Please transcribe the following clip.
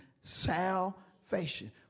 salvation